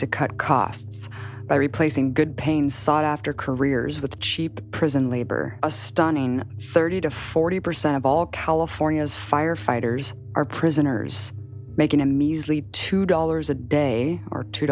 to cut costs by replacing good pain sought after careers with cheap prison labor a stunning thirty to forty percent of all california's firefighters are prisoners making immediately two dollars a day or two